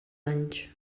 anys